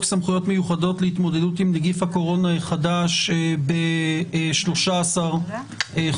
סמכויות מיוחדות להתמודדות עם נגיף הקורונה החדש ב-13 חודשים.